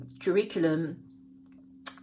curriculum